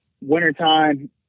wintertime